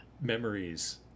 memories